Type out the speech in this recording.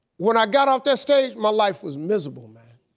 when i got off that stage, my life was miserable man.